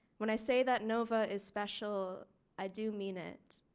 when i say that nova is special i do mean it.